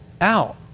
out